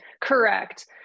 Correct